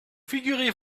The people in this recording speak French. figurez